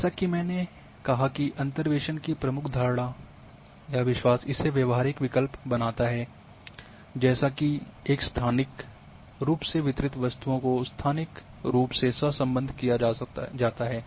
जैसा कि मैंने कहा कि अंतर्वेसन की प्रमुख धारणा या विश्वास इसे व्यवहारिक विकल्प बनाता है जैसा कि एक स्थानिक रूप से वितरित वस्तुओं को स्थानिक रूप से सह संबद्ध किया जाता है